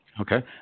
Okay